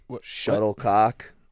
shuttlecock